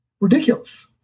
ridiculous